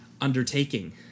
undertaking